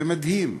זה מדהים.